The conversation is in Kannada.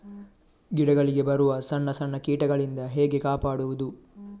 ಗಿಡಗಳಿಗೆ ಬರುವ ಸಣ್ಣ ಸಣ್ಣ ಕೀಟಗಳಿಂದ ಹೇಗೆ ಕಾಪಾಡುವುದು?